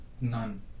None